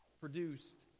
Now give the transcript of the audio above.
produced